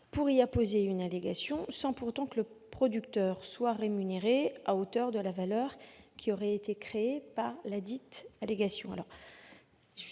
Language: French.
pour y apposer une allégation, sans pour autant que le producteur soit rémunéré à hauteur de la valeur créée par ladite allégation.